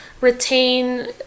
retain